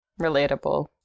Relatable